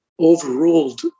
Overruled